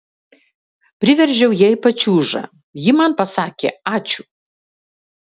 priveržiau jai pačiūžą ji man pasakė ačiū